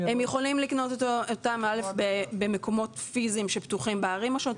הם יכולים לקנות אותם קודם כול במקומות פיזיים שפתוחים בערים השונות.